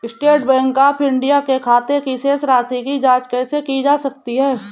State Bank of India के खाते की शेष राशि की जॉंच कैसे की जा सकती है?